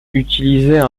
utiliser